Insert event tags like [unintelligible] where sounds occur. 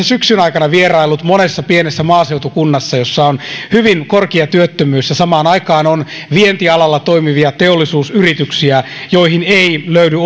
[unintelligible] syksyn aikana vieraillut monessa pienessä maaseutukunnassa jossa on hyvin korkea työttömyys ja samaan aikaan on vientialalla toimivia teollisuusyrityksiä joihin ei löydy [unintelligible]